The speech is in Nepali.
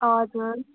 हजुर